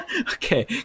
Okay